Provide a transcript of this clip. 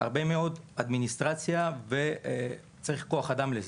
הרבה מאוד אדמיניסטרציה שנדרש הרבה כוח אדם לזה.